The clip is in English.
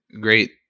great